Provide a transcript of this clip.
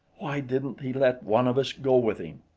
why didn't he let one of us go with him?